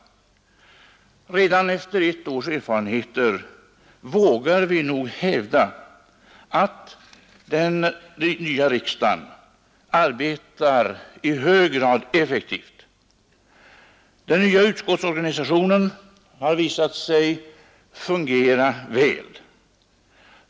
Redan efter ett års erfarenheter vågar vi nog hävda, att den nya riksdagen arbetar i hög grad effektivt. Den nya utskottsorganisationen har visat sig fungera väl.